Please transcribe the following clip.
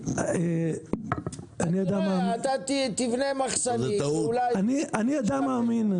אתה תבנה מחסנית, אולי --- אני אדם מאמין.